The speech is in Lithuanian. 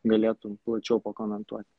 galėtų plačiau pakomentuot